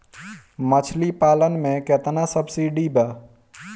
मछली पालन मे केतना सबसिडी बा?